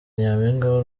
nyampinga